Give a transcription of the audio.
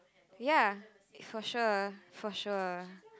ya for sure for sure